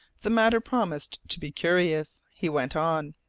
the matter promised to be curious. he went on